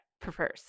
prefers